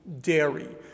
dairy